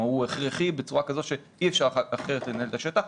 שהוא הכרחי בצורה כזאת שאי אפשר אחרת לנהל את השטח.